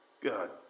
God